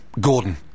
Gordon